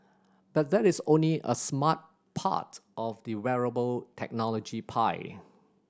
but that is only a smart part of the wearable technology pie